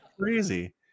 crazy